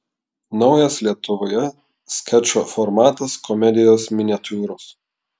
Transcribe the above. naujas lietuvoje skečo formatas komedijos miniatiūros